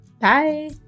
Bye